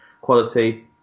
quality